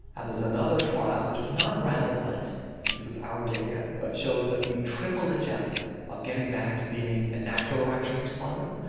and there's another trial which is not randomised and this is our data that shows that you triple the chances of getting back to being a natural erection responder,